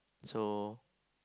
so